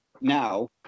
now